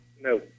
No